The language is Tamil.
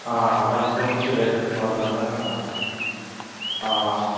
ஆ ஆனால் இப்போ வந்துட்டு லேட்டஸ்ட் மாடல்னால் ஆ ஆ